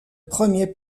premier